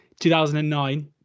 2009